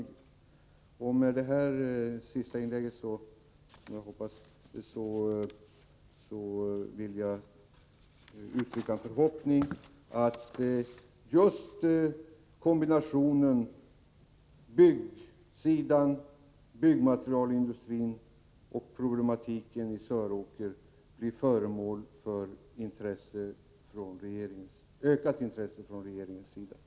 Med detta, som jag hoppas, sista inlägg vill jag uttrycka en förhoppning att kombinationen av byggande, byggmaterialindustrin och problematiken i Söråker blir föremål för ökat intresse från regeringens sida. Är statsrådet beredd att införa importstopp på apor för tillverkning av poliovaccin vid SBL?